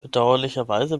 bedauerlicherweise